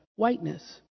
whiteness